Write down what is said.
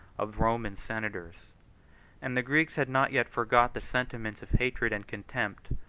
of roman senators and the greeks had not yet forgot the sentiments of hatred and contempt,